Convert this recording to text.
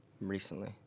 recently